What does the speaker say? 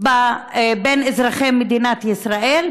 בין אזרחי מדינת ישראל,